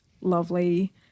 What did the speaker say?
lovely